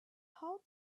how